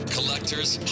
Collectors